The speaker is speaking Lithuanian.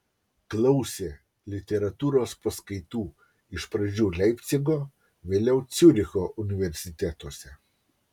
klausė literatūros paskaitų iš pradžių leipcigo vėliau ciuricho universitetuose